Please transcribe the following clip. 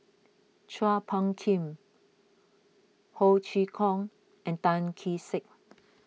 Chua Phung Kim Ho Chee Kong and Tan Kee Sek